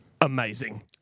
amazing